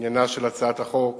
עניינה של הצעת החוק